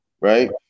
right